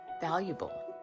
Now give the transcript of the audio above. valuable